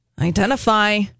identify